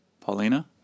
Paulina